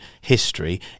history